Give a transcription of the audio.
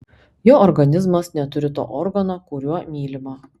jo organizmas neturi to organo kuriuo mylima